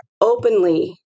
openly